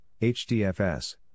HDFS